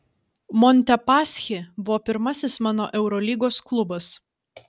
montepaschi buvo pirmasis mano eurolygos klubas